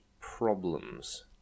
problems